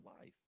life